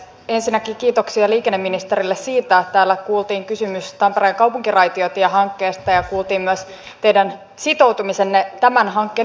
ensinnäkin kiitoksia liikenneministerille siitä että täällä kuultiin kysymys tampereen kaupunkiraitiotiehankkeesta ja kuultiin myös teidän sitoutumisenne tämän hankkeen eteenpäin viemiseen